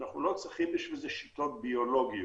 אנחנו לא צריכים בשביל זה שיטות ביולוגיות.